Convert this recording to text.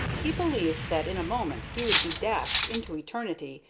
he believed that in a moment he would be dashed into eternity,